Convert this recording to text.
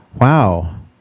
wow